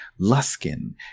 Luskin